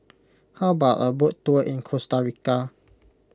how about a boat tour in Costa Rica